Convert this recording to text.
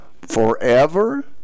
Forever